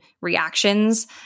reactions